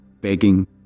begging